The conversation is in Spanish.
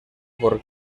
por